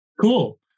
Cool